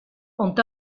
ont